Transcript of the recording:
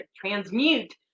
transmute